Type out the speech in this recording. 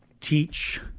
teach